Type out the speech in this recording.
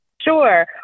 Sure